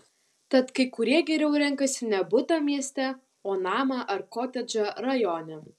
tad kai kurie geriau renkasi ne butą mieste o namą ar kotedžą rajone